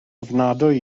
ofnadwy